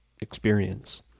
experience